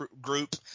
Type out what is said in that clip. group